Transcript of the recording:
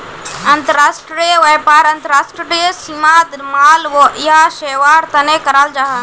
अंतर्राष्ट्रीय व्यापार अंतर्राष्ट्रीय सीमात माल या सेवार तने कराल जाहा